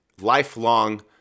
lifelong